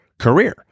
career